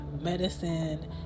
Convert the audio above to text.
medicine